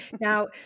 now